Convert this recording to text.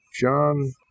John